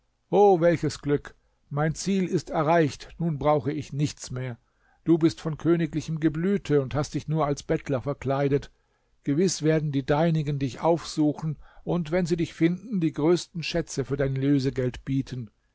o welches glück mein ziel ist erreicht nun brauche ich nichts mehr du bist von königlichem geblüte und hast dich nur als bettler verkleidet gewiß werden die deinigen dich aufsuchen und wenn sie dich finden die größten schätze für dein lösegeld bieten